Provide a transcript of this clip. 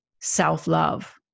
self-love